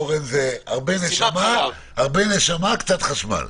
אורן זה הרבה נשמה, קצת חשמל.